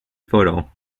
fertile